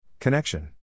Connection